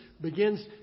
begins